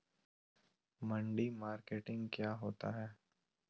मंडी मार्केटिंग क्या होता है?